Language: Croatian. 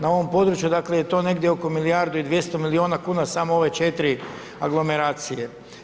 Na ovom području dakle je to negdje oko milijardu i 200 milijuna kuna samo ove 4 aglomeracije.